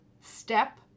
step